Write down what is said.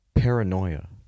Paranoia